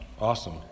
awesome